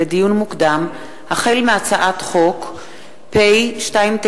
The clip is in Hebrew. לדיון מוקדם: החל בהצעת חוק פ/2960/18